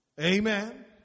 Amen